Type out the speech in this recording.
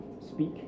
speak